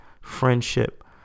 friendship